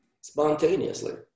spontaneously